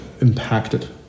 impacted